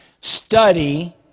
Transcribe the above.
Study